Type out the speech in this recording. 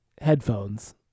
headphones